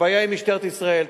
הבעיה עם משטרת ישראל,